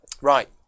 Right